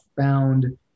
found